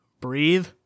Breathe